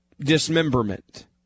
dismemberment